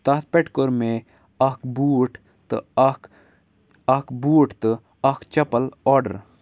تَتھ پٮ۪ٹھ کوٚر مےٚ اَکھ بوٗٹ تہٕ اَکھ اَکھ بوٗٹ تہٕ اَکھ چَپَل آرڈر